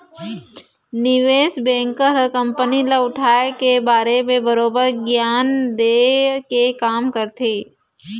निवेस बेंकर ह कंपनी ल उठाय के बारे म बरोबर गियान देय के काम करथे